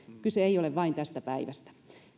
kyse ei ole vain tästä päivästä